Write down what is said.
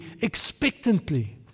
expectantly